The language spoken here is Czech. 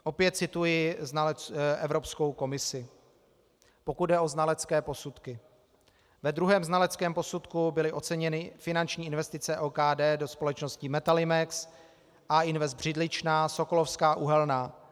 Opět cituji Evropskou komisi: Pokud jde o znalecké posudky, ve druhém znaleckém posudku byly oceněny finanční investice OKD do společnosti Metalimex, Al Invest Břidličná, Sokolovská uhelná.